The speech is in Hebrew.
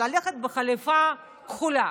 ללכת בחליפה כחולה,